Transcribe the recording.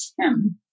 Tim